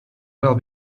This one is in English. well